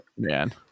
man